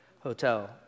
hotel